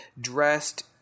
dressed